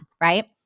right